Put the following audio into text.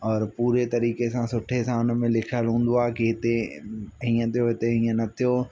और पूरे तरीक़े सां सुठे सां हुनमें लिखियलु हूंदो आहे की हिते हीअं थियो हिते हीअं न थियो